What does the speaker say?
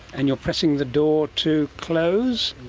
and you're pressing the door to close.